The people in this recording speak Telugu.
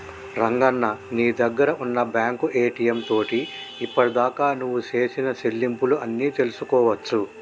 రంగన్న నీ దగ్గర ఉన్న బ్యాంకు ఏటీఎం తోటి ఇప్పటిదాకా నువ్వు సేసిన సెల్లింపులు అన్ని తెలుసుకోవచ్చు